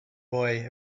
boy